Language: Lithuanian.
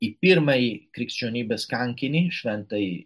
į pirmąjį krikščionybės kankinį šventąjį